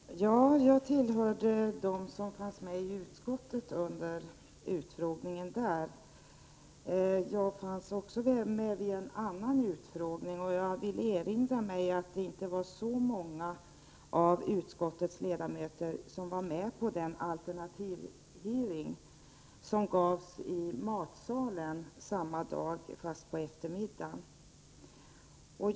Herr talman! Jag tillhörde de ledamöter som fanns med under utfrågningen i utskottet. Jag var också med vid en annan utfrågning. Jag vill erinra mig att det inte var så många av utskottets ledamöter som var med vid den alternativhearing som gavs i matsalen samma dag, fast på eftermiddagen.